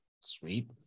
Sweet